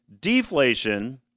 Deflation